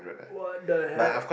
what the heck